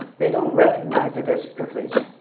they don't recognize it as privilege.